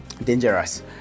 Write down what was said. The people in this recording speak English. dangerous